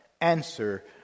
answer